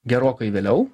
gerokai vėliau